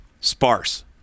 sparse